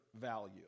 value